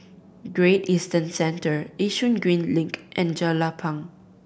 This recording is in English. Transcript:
Great Eastern Center Yishun Green Link and Jelapang